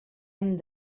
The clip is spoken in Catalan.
hem